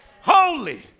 holy